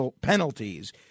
penalties